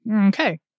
Okay